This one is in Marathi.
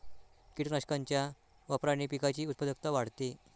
कीटकनाशकांच्या वापराने पिकाची उत्पादकता वाढते